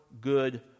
good